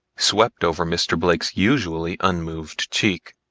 swept over mr. blake's usually unmoved cheek.